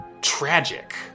tragic